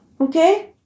okay